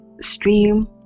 Stream